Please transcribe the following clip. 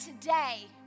today